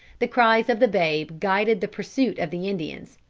the cries of the babe guided the pursuit of the indians.